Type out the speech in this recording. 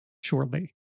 shortly